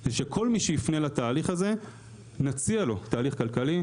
זה שכל מי שיפנה לתהליך הזה נציע לו תהליך כלכלי,